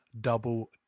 Double